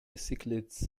cichlids